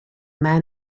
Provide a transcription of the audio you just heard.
man